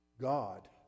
God